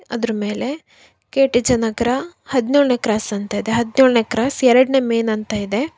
ಅದ್ರ ಮೇಲೆ K T J Nagar ಹದಿನೇಳನೇ ಕ್ರಾಸ್ ಅಂತ ಇದೆ ಹದಿನೇಳನೇ ಕ್ರಾಸ್ ಎರಡನೇ ಮೇನ್ ಅಂತ ಇದೆ